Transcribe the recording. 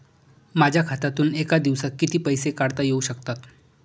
माझ्या खात्यातून एका दिवसात किती पैसे काढता येऊ शकतात?